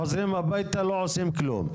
חוזרים הביתה ולא עושים כלום.